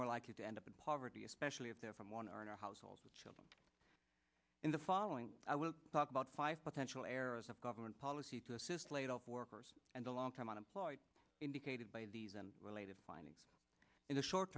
more likely to end up in poverty especially if they're from one earner households with children in the following i will talk about five potential areas of government policy to assist laid off workers and the long term unemployed indicated by these and related findings in the short